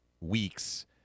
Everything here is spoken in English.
weeks